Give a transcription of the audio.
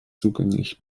zugänglich